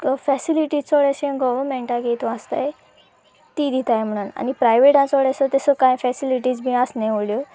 facilities चड अशें गोवमेंटागे हितू आसतातय ती दिताय म्हणून आनी प्रायवेटा चड एसो तसो कांय फेसिलिटीज बी आसनाय व्हडल्यो